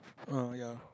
uh ya